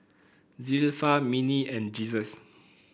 Zilpha Minnie and Jesus